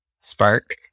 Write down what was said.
spark